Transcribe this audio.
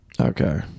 Okay